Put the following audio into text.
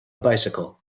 bicycle